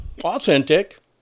authentic